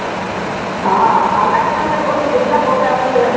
हाँ अलग अलग में थोड़ी दिक्कत हो जाती है